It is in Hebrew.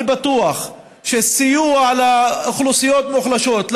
אני בטוח שסיוע לאוכלוסיות מוחלשות,